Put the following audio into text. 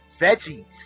Veggie's